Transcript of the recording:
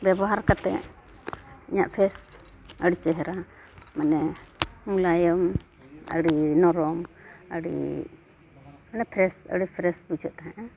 ᱵᱮᱵᱚᱦᱟᱨ ᱠᱟᱛᱮᱫ ᱤᱧᱟᱹᱜ ᱟᱹᱰᱤ ᱪᱮᱦᱨᱟ ᱢᱟᱱᱮ ᱢᱳᱞᱟᱭᱮᱢ ᱟᱹᱰᱤ ᱱᱚᱨᱚᱢ ᱟᱹᱰᱤ ᱢᱟᱱᱮ ᱟᱹᱰᱤ ᱵᱩᱡᱷᱟᱹᱜ ᱛᱟᱦᱮᱱᱟ